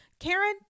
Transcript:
Karen